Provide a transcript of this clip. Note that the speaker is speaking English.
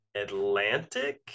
Atlantic